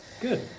Good